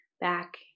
back